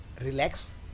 relax